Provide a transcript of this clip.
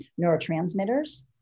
neurotransmitters